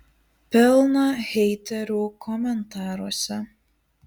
pilna heiterių komentaruose